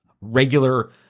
regular